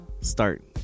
start